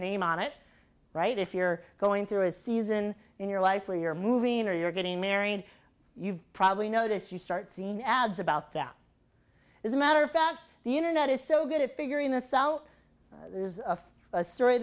name on it right if you're going through a season in your life where you're moving or you're getting married you've probably noticed you start seeing ads about that as a matter of fact the internet is so good at figuring this out